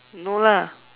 no lah